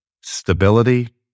Stability